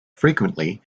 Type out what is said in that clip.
frequently